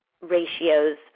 ratios